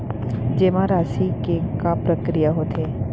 जेमा राशि के का प्रक्रिया होथे?